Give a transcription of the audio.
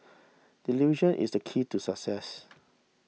delusion is the key to success